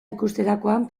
ikusterakoan